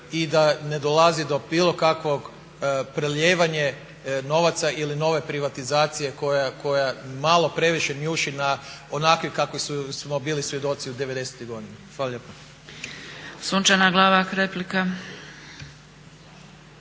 i da ne dolazi do bilo kakvog prelijevanje novaca ili nove privatizacije koja malo previše njuši na onakvi kakvi smo bili svjedoci devedesetih godina. Hvala lijepo.